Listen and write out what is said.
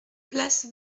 place